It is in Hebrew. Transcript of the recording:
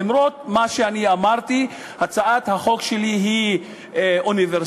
אף-על-פי שאני אמרתי שהצעת החוק שלי אוניברסלית,